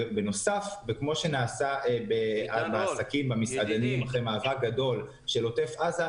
וכמו שנעשה בעוטף עזה אחרי מאבק גדול של המסעדנים,